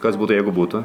kas būtų jeigu būtų